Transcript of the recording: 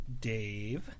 Dave